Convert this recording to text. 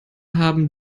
haben